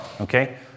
okay